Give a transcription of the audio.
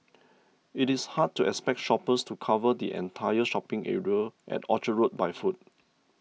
it is hard to expect shoppers to cover the entire shopping area at Orchard Road by foot